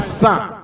son